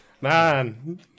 Man